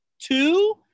two